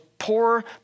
poor